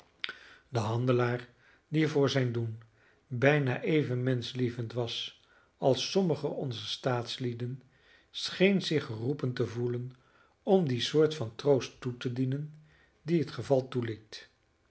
de handelaar die voor zijn doen bijna even menschlievend was als sommigen onzer staatslieden scheen zich geroepen te gevoelen om die soort van troost toe te dienen die het geval toeliet